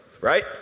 Right